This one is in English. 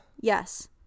Yes